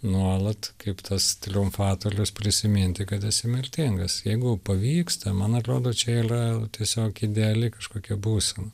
nuolat kaip tas triumfatorius prisiminti kad esi mirtingas jeigu pavyks tai man atrodo čia yra tiesiog ideali kažkokia būsena